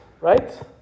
Right